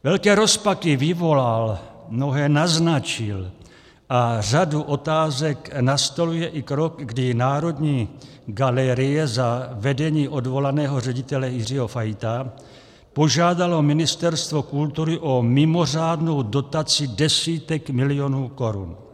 Velké rozpaky vyvolal, mnohé naznačil a řadu otázek nastoluje i krok, kdy Národní galerie za vedení odvolaného ředitele Jiřího Fajta požádala Ministerstvo kultury o mimořádnou dotaci desítek milionů korun.